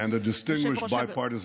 מקארתי,